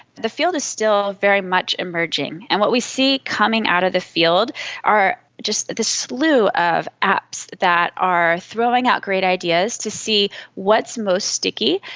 the field is still very much emerging, and what we see coming out of the field are just this slew of apps that are throwing out great ideas to see what's most sticky,